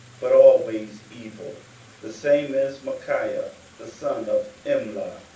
but always evil the same is micaiah the son of imla.